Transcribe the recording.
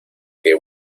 que